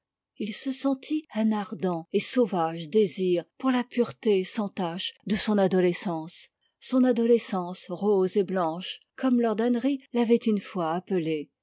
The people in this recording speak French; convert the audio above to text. il se sentit un ardent et sauvage désir pour la pureté sans tache de son adolescence son adolescence rose et blanche comme lord henry l'avait une fois appelée